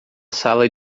sala